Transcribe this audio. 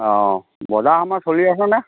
অঁ বজাৰ সমাৰ চলি আছেনে